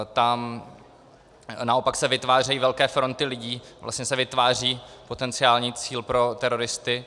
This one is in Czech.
Tam se naopak vytvářejí velké fronty lidí, vlastně se vytváří potenciální cíl pro teroristy.